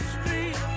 Street